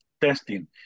testing